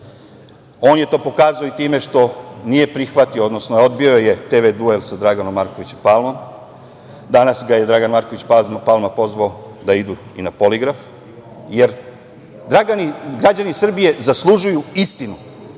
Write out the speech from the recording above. On je to pokazao i time što nije prihvatio, odnosno odbio je TV duel sa Draganom Markovićem Palmom. Danas ga je Dragan Marković Palma pozvao da idu i na poligraf, jer građani Srbije zaslužuju istinu,